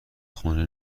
خونه